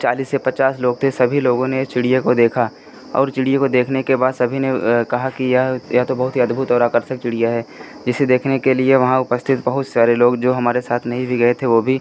चालीस या पचास लोग थे सभी लोगों ने इस चिड़िया को देखा और चिड़िए को देखने के बाद सभी ने कहा कि यह यह तो बहुत ही अद्भुत और आकर्षक चिड़िया है जिसे देखने के लिए वहाँ उपस्थित बहुत सारे लोग जो हमारे साथ नहीं भी गए थे वह भी